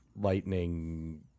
lightning